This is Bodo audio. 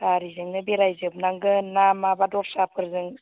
गारिजोंनो बेराय जोबनांगोन ना माबा दस्राफोरजों